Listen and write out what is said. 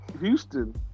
Houston